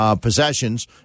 Possessions